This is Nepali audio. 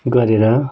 गरेर